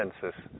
census